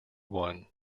one